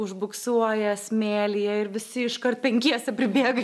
užbuksuoja smėlyje ir visi iškart penkiese pribėga